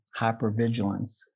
hypervigilance